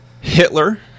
Hitler